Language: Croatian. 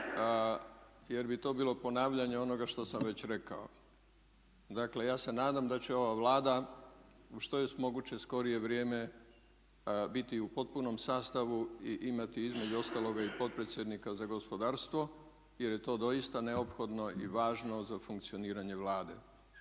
jer bi to bilo ponavljanje onoga što sam već rekao. Dakle, ja se nadam da će ova Vlada u što je moguće skorije vrijeme biti u potpunom sastavu i imati između ostaloga i potpredsjednika za gospodarstvo jer je to doista neophodno i važno za funkcioniranje Vlade.